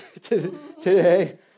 today